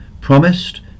promised